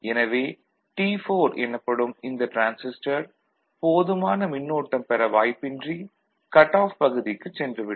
எனவே T4 எனப்படும் இந்த டிரான்சிஸ்டர் போதுமான மின்னோட்டம் பெற வாய்ப்பின்றி கட் ஆஃப் பகுதிக்குச் சென்று விடும்